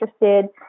interested